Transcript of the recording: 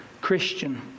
Christian